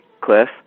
Cliff